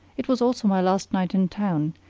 it was also my last night in town,